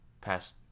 past